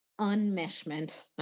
unmeshment